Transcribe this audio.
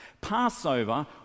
Passover